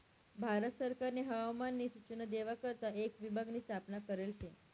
भारत सरकारनी हवामान नी सूचना देवा करता एक विभाग नी स्थापना करेल शे